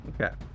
Okay